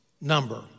number